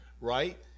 right